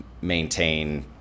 maintain